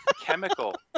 chemical